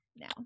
now